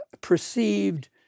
perceived